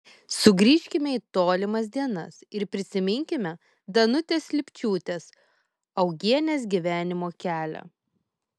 sugrįžkime į tolimas dienas ir prisiminkime danutės lipčiūtės augienės gyvenimo kelią